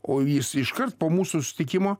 o jis iškart po mūsų susitikimo